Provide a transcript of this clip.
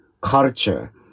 culture